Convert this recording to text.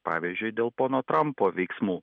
pavyzdžiui dėl pono trampo veiksmų